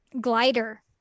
glider